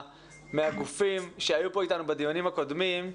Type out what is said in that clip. מהגופים שהיו פה איתנו בדיונים הקודמים.